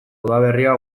udaberria